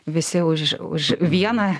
visi už už vieną